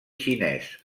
xinès